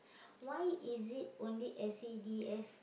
why is it only S_C_D_F